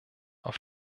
auf